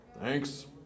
Thanks